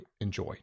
enjoy